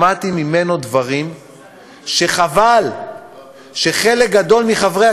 שמעתי ממנו דברים שחבל שחלק גדול מחברי